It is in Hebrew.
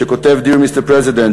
שכותב:"Dear Mister President,